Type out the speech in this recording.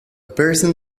person